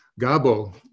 Gabo